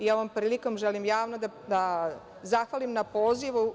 Ovom prilikom želim javno da zahvalim na pozivu.